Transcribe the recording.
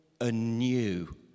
anew